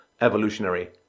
evolutionary